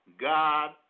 God